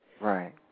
Right